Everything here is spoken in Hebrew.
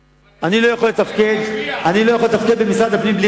אני לא יכול לתפקד במשרד הפנים בלי